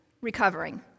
recovering